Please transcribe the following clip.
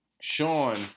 Sean